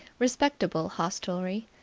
respectable hostelry,